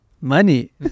Money